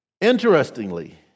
interestingly